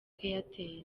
airtel